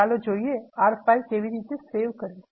ચાલો જોઈએ R file કેવી રીતે સેવ કરવી